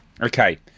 Okay